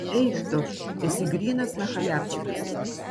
eik tu esi grynas nachaliavčikas